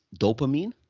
dopamine